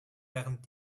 während